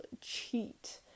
cheat